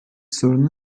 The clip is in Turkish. sorunun